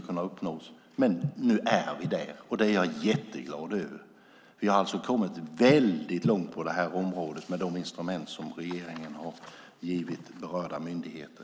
Nu är vi där, och det är jag jätteglad över. Vi har alltså kommit väldigt långt på det här området med de instrument som regeringen har givit berörda myndigheter.